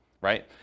right